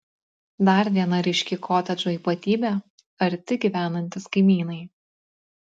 dar viena ryški kotedžo ypatybė arti gyvenantys kaimynai